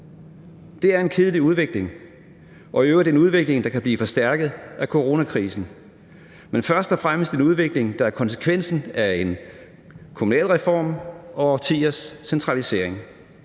Det er en kedelig udvikling og i øvrigt en udvikling, der kan blive forstærket af coronakrisen, men det er først og fremmest en udvikling, der er konsekvensen af en kommunalreform og årtiers centralisering.